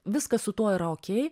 viskas su tuo yra okei